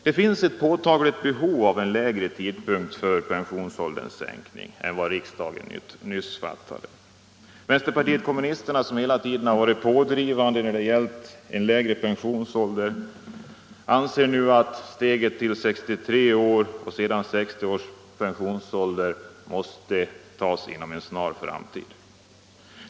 Det finns ett påtagligt behov av en ytterligare sänkning av pensionsåldern än vad riksdagen nyligen beslutat. Vänsterpartiet kommunisterna, som hela tiden varit pådrivande i fråga om lägre pensionsålder, anser att steget till 63 och sedan 60 års pensionsålder måste tas inom en snar framtid.